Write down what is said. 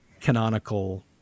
canonical